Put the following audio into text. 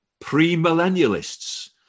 pre-millennialists